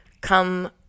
come